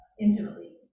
intimately